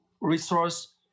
resource